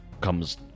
comes